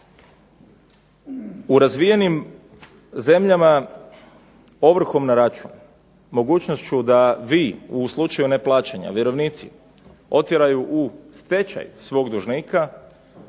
U razvijenim zemljama ovrhom na račun mogućnošću da vi u slučaju neplaćanja vjerovnici otjeraju u stečaj svog dužnika,